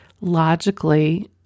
logically